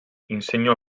insegnò